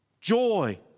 joy